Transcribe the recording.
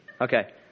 okay